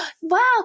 wow